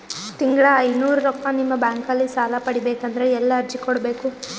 ತಿಂಗಳ ಐನೂರು ರೊಕ್ಕ ನಿಮ್ಮ ಬ್ಯಾಂಕ್ ಅಲ್ಲಿ ಸಾಲ ಪಡಿಬೇಕಂದರ ಎಲ್ಲ ಅರ್ಜಿ ಕೊಡಬೇಕು?